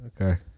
Okay